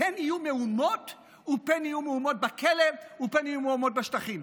פן יהיו מהומות בכלא ופן יהיו מהומות בשטחים.